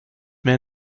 mehr